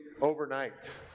overnight